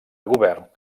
govern